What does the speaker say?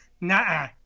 Nah